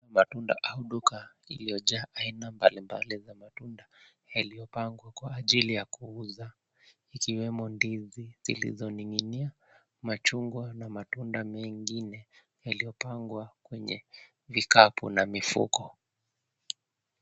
Matunda au duka la iliyojaa aina mbalimbali za matunda yaliyopangwa kwa ajili ya kuuza. Ikiwemo ndizi zilizoning'inia, machungwa, na matunda mengine yaliyopangwa kwenye vikapu na mifuko.